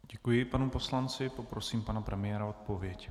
Děkuji panu poslanci a poprosím pana premiéra o odpověď.